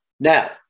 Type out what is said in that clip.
Now